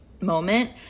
moment